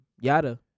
yada